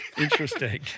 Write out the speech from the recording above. Interesting